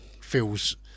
feels